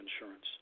insurance